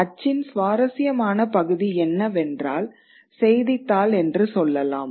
அச்சின் சுவாரஸ்யமான பகுதி என்னவென்றால் செய்தித்தாள் என்று சொல்லலாம்